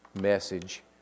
message